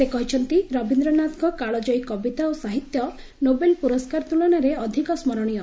ସେ କହିଛନ୍ତି ରବୀନ୍ଦ୍ରନାଥଙ୍କ କାଳଜୟୀ କବିତା ଓ ସାହିତ୍ୟ ନୋବେଲ ପୁରସ୍କାର ତୁଳନାରେ ଅଧିକ ସ୍କରଣୀୟ